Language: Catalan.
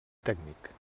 tècnic